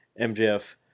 MJF